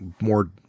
more